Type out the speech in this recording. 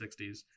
60s